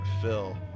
Phil